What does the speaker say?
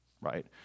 right